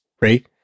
right